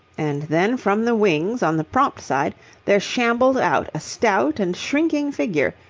and then from the wings on the prompt side there shambled out a stout and shrinking figure,